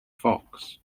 fox